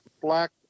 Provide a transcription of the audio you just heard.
black